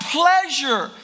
pleasure